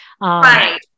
Right